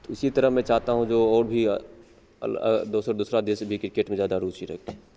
तो इसी तरह मैं चाहता हूँ जो और भी दूसर दूसरा देश भी क्रिकेट में ज्यादा रुचि रखें